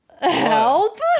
Help